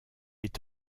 est